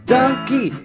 Donkey